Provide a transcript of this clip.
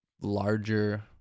larger